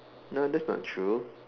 no that's not true